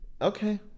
Okay